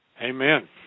Amen